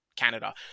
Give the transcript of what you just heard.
Canada